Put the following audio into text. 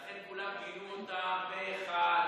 לכן כולם גינינו אותם פה אחד.